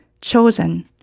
chosen